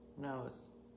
knows